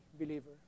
believer